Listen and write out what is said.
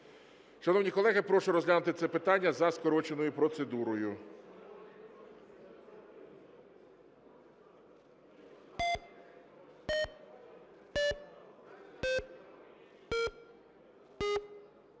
Шановні колеги, прошу розглянути це питання за скороченою процедурою.